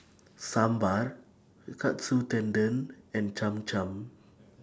Sambar Katsu Tendon and Cham Cham